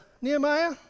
Nehemiah